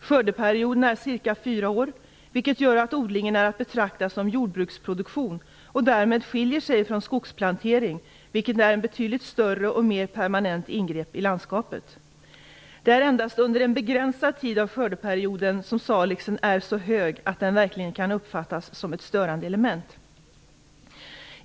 Skördeperioden är ca fyra år, vilket gör att odlingen är att betrakta som jordbruksproduktion och därmed skiljer sig från skogsplantering, som är ett betydligt större och mer permanent ingrepp i landskapet. Det är endast under en begränsad tid av skördeperioden som salixen är så hög att den verkligen kan uppfattas som ett störande element.